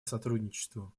сотрудничеству